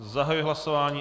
Zahajuji hlasování.